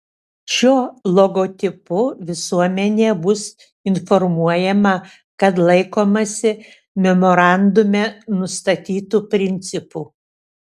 šiuo logotipu visuomenė bus informuojama kad laikomasi memorandume nustatytų principų